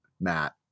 Matt